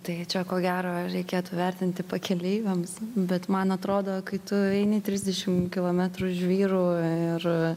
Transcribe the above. tai čia ko gero reikėtų vertinti pakeleiviams bet man atrodo kai tu eini trisdešimt kilometrų žvyru ir